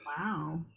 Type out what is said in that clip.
Wow